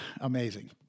Amazing